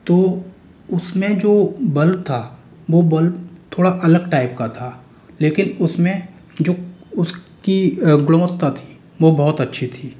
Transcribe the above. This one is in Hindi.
तो उसमें जो बल्ब था वो बल्ब थोड़ा अलग टाइप का था लेकिन उसमें जो उसकी गुणवत्ता थी वो बहुत अच्छी थी